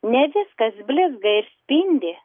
ne viskas blizga ir spindi